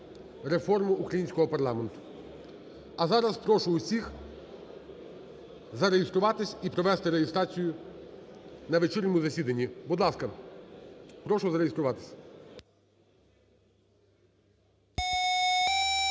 реформу українського парламенту. А зараз прошу усіх зареєструватися і провести реєстрацію на вечірньому засіданні. Будь ласка, прошу зареєструватися.